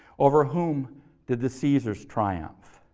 over whom did the caesars triumph?